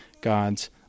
God's